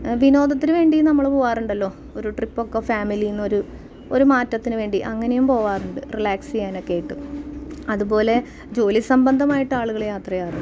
വിനോദത്തിന് വേണ്ടി നമ്മൾ പോകാറുണ്ടല്ലോ ഒരു ട്രിപ്പൊക്കെ ഫാമിലിയിൽ നിന്നൊരു ഒരു മാറ്റത്തിന് വേണ്ടി അങ്ങനെയും പോവാറുണ്ട് റിലാക്സ് ചെയ്യാനൊക്കെ ആയിട്ട് അതുപോലെ ജോലി സംബന്ധമായിട്ട് ആളുകൾ യാത്ര ചെയ്യാറുണ്ട്